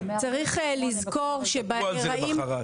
צריך לזכור שברגעים -- שידברו על זה למחרת.